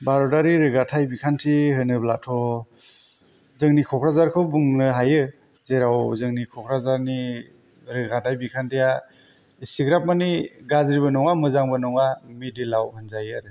भारातारि रोगाथाय बिखान्थि होनोब्लाथ' जोंनि क'क्राझारखौ बुंनो हायो जेराव जोंनि क'क्राझारनि रोगाथाय बिखान्थिया एसेबां माने गाज्रिबो नङा मोजांबो नङा मिडिलआव होनजायो आरो